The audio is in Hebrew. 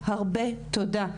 הרבה תודה.